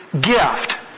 gift